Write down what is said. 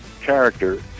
character